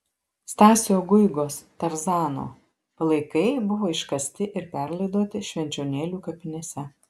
stasio guigos tarzano palaikai buvo iškasti ir perlaidoti švenčionėlių kapinėse